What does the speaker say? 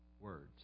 words